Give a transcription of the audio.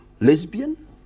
lesbian